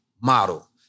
model